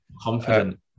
confident